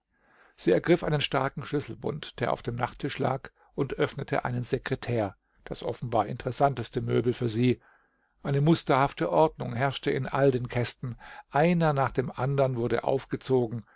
sie ergriff einen starken schlüsselbund der auf dem nachttisch lag und öffnete einen sekretär das offenbar interessanteste möbel für sie eine musterhafte ordnung herrschte in all den kästen einer nach dem andern wurde aufgezogen